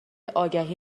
آگهی